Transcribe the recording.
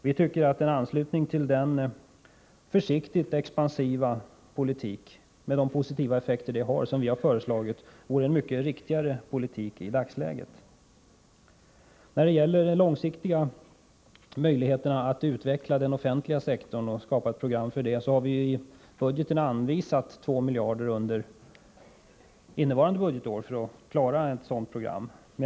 Vi tycker att en anslutning till den försiktigt expansiva politik som vi har föreslagit med dess positiva effekter vore en riktigare politik i dagsläget. När det gäller de långsiktiga möjligheterna att utveckla den offentliga sektorn och skapa ett program härför har vi i budgeten föreslagit 2 miljarder under innevarande budgetår för att klara ett sådant program.